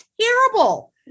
terrible